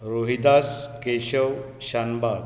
Rohidas Keshav Shanbhag